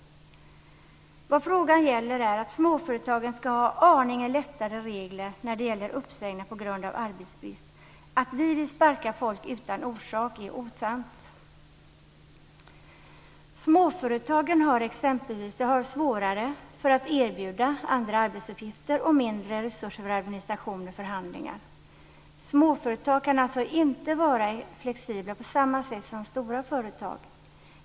Vad frågan gäller är att småföretagen ska ha aningen lättare regler när det gäller uppsägningar på grund av arbetsbrist. Att vi vill sparka folk utan orsak är alltså osant. Småföretagen har svårare att exempelvis erbjuda andra arbetsuppgifter. De har mindre resurser för administration och förhandlingar. Småföretag kan inte vara flexibla på samma sätt som stora företag.